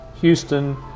Houston